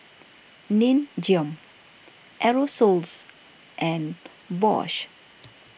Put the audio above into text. Nin Jiom Aerosoles and Bosch